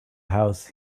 house